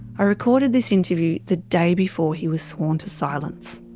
i recorded this interview the day before he was sworn to silence.